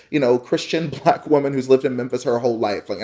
you know, christian black woman who's lived in memphis her whole life, like